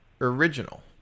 original